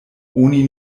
oni